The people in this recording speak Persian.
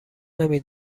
نمی